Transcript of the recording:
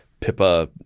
Pippa